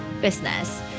business